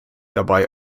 dabei